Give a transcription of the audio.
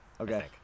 Okay